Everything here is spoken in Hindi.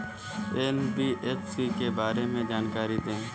एन.बी.एफ.सी के बारे में जानकारी दें?